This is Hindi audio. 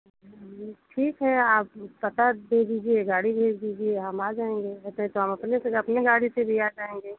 ठीक है आप पता दे दीजिए गाड़ी भेज दीजिए हम आ जाएंगे या तो नहीं तो हम अपने से अपने गाड़ी से भी आ जाएंगे